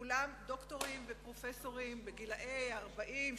כולם דוקטורים ופרופסורים בגילים 30,